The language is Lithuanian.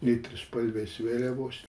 nei trispalvės vėliavos